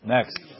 Next